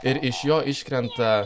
ir iš jo iškrenta